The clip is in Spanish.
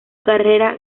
carrera